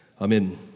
Amen